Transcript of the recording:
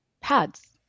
pads